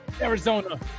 Arizona